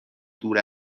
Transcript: دور